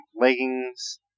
leggings